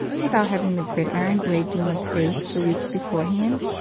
without having the gridiron waved in one's face for weeks beforehand?